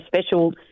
special